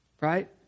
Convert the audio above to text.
right